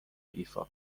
ایفا